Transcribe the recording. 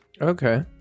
Okay